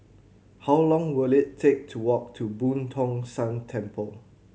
how long will it take to walk to Boo Tong San Temple